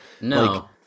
no